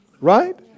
right